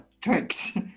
tricks